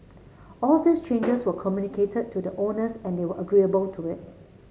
all these changes were communicated to the owners and they were agreeable to it